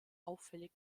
auffällig